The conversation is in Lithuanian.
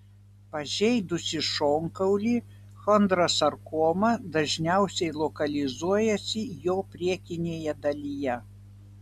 pažeidusi šonkaulį chondrosarkoma dažniausiai lokalizuojasi jo priekinėje dalyje